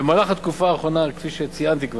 במהלך התקופה האחרונה, כפי שכבר ציינתי,